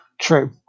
True